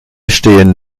stehen